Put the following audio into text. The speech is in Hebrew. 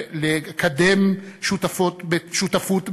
לקדם שותפות בתוכנו,